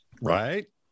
right